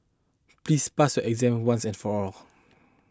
please pass your exam once and for all